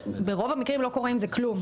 וברוב המקרים לא קורה עם זה כלום.